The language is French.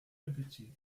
appétit